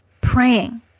praying